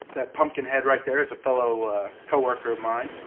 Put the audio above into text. that pumpkin head right there is a fellow coworker of mine,